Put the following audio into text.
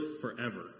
forever